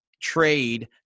trade